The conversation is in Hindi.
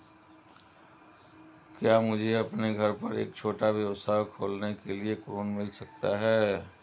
क्या मुझे अपने घर पर एक छोटा व्यवसाय खोलने के लिए ऋण मिल सकता है?